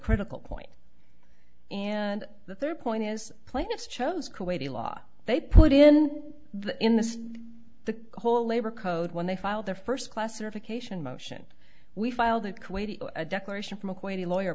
critical point and the third point is plaintiffs chose kuwaiti law they put in the in this the whole labor code when they filed their first classification motion we filed that kuwaiti a declaration from a quite a lawyer